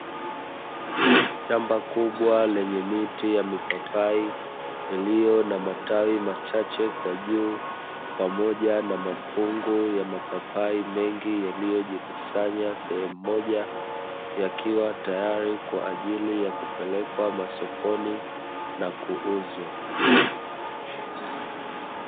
Shamba kubwa lenye miti ya mipapai, iliyo na matawi machache kwa juu pamoja na mafungu ya mapapai mengi, yaliyojikusanya sehemu moja, yakiwa tayari kwaajili ya kupelekwa sokoni na kuuzwa.